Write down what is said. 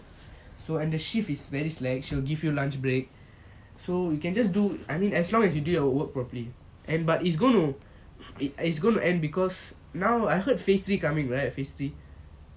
so and the shift is very slack she will give you lunch break so you can just do I mean as long as you do work properly and but it's gonna it's gonna end because now I heard phase three coming right phase three